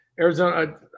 Arizona